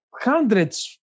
hundreds